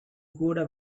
கூட